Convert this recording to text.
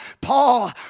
Paul